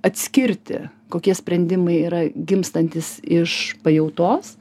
atskirti kokie sprendimai yra gimstantys iš pajautos